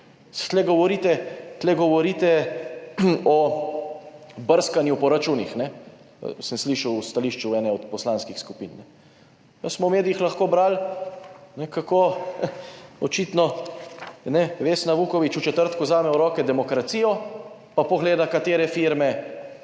tle govorite o brskanju po računih, ne, sem slišal v stališču ene od poslanskih skupin. / nerazumljivo/ v medijih lahko brali, kako očitno, ne, Vesna Vuković v četrtek vzame v roke Demokracijo pa pogleda, katere firme